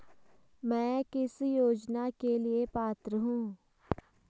मैं किस योजना के लिए पात्र हूँ?